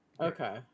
Okay